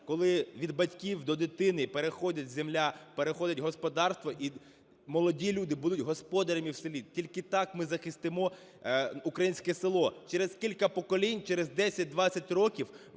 коли від батьків до дитини переходить земля, переходить господарство, і молоді люди будуть господарями в селі, тільки так ми захистимо українське село. Через кілька поколінь, через 10-20 років